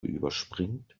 überspringt